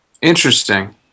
Interesting